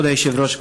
כבוד היושב-ראש,